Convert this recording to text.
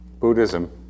Buddhism